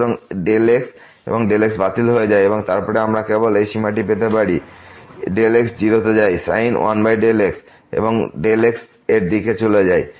সুতরাং x এবং x বাতিল হয়ে যায় এবং তারপরে আমরা কেবল এই সীমাটি পেতে পারি x 0 তে যায় sin 1x এবং x 0 এর দিকে চলে যায়